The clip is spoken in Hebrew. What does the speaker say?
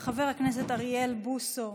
חבר הכנסת אוריאל בוסו,